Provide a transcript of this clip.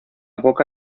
boca